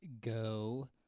go